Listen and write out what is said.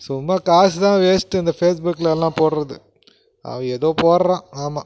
சும்மா காசு தான் வேஸ்ட்டு இந்த ஃபேஸ்புக்லலாம் போடுறது அவன் ஏதோ போடுறான் ஆமாம்